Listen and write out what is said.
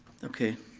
okay.